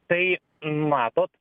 tai matot